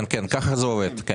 כן, כך זה עובד.